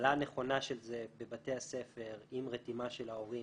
הפעלה נכונה של זה בבתי הספר עם רתימה של ההורים